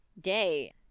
day